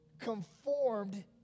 conformed